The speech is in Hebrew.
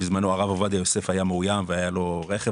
בזמנו הרב עובדיה יוסף היה מאוים והיה לו רכב,